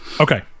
okay